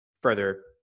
further